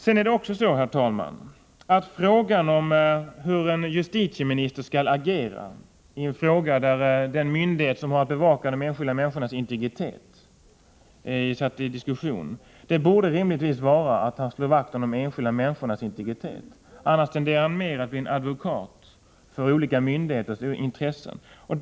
Sedan är frågan, herr talman, hur en justitieminister skall agera i ett ärende där den myndighet som har att bevaka de enskilda människornas integritet är satt i diskussion. Svaret borde givetvis vara att justitieministern slår vakt om de enskilda människornas integritet. Annars tenderar han mer att bli en advokat för olika myndigheters intressen.